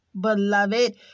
beloved